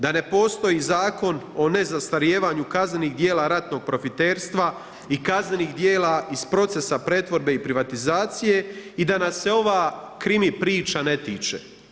Da ne postoji zakon o nezastarijevanju kaznenih dijela ratnog profiterstva i kaznenih dijela iz procesa pretvorbe i privatizacije i da nas se ova krimi priča ne tiče.